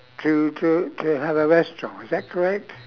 to to to have a restaurant is that correct